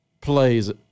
plays